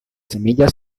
semillas